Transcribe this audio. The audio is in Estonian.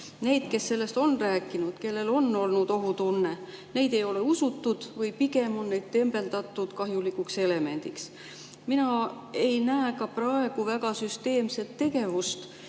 Neid, kes sellest on rääkinud, kellel on olnud ohutunne, ei ole usutud või pigem on neid tembeldatud kahjulikuks elemendiks. Mina ei näe ka praegu väga süsteemset tegevust.